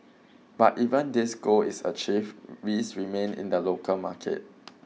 but even this goal is achieved risks remain in the local market